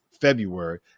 February